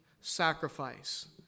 sacrifice